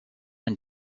and